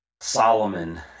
Solomon